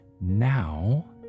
now